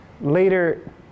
Later